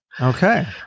okay